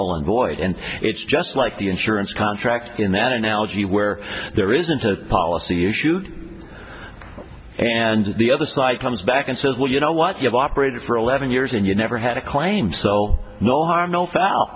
void and it's just like the insurance contract in that analogy where there isn't a policy issue and the other side comes back and says well you know what you have operated for eleven years and you never had a claim so no harm no foul